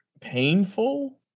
painful